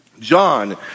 John